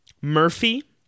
Murphy